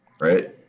Right